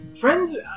Friends